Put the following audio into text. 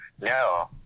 No